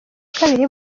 kabiri